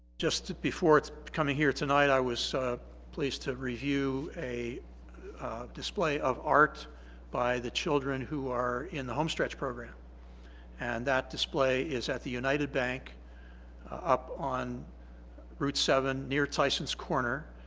just before coming here tonight i was so pleased to review a display of art by the children who are in the home stretch program and that display is at the united bank up on route seven near tyson's corner.